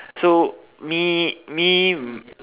so me me